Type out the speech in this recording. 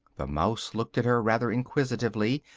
the mouse looked at her rather inquisitively,